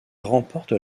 remporte